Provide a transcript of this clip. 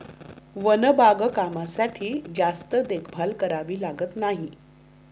one बागकामासाठी जास्त देखभाल करावी लागत नाही